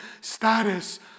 status